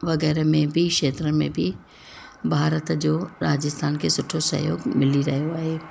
वग़ैरह में बि खेत्रनि में बि भारत जो राजस्थान खे सुठो सहयोगु मिली रहियो आहे